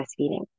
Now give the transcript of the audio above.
breastfeeding